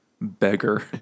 beggar